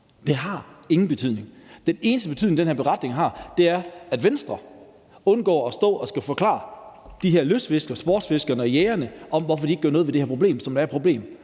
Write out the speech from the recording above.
Det har ingen betydning. Den eneste betydning, den her beretning har, er, at Venstre undgår at skulle stå og forklare de her lystfiskere, sportsfiskere og jægere, hvorfor de ikke gør noget ved det her problem, som er et problem,